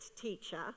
teacher